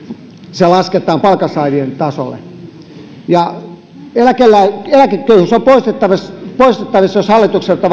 se lasketaan palkansaajien tasolle eläkeläisköyhyys on poistettavissa jos hallituksella